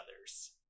others